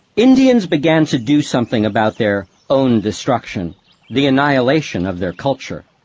indians began to do something about their own destruction the annihilation of their culture.